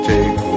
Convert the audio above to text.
Take